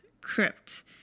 crypt